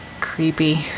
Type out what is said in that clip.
Creepy